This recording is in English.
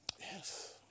Yes